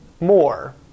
more